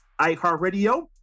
iHeartRadio